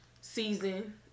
season